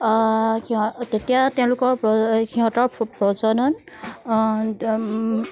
সিহঁত তেতিয়া তেওঁলোকৰ সিহঁতৰ প্ৰজনন